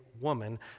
woman